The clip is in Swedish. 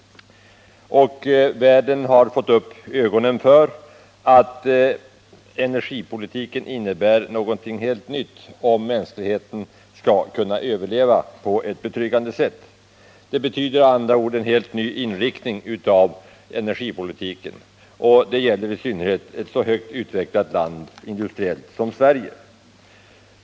Världen har fått upp ögonen för att energipolitiken måste innebära någonting helt nytt, om mänskligheten skall kunna överleva på ett betryggande sätt. Det betyder med andra ord en helt ny inriktning av energipolitiken, och det gäller i synnerhet ett industriellt så högt utvecklat land som Sverige.